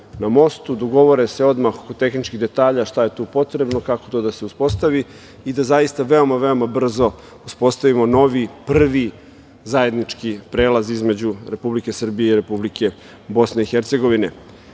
na mostu, dogovore se odmah oko tehničkih detalja, šta je tu potrebno, kako to da se uspostavi i da zaista veoma, veoma brzo uspostavimo novi, prvi zajednički prelaz između Republike Srbije i Republike BiH.Hvala